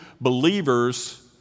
believers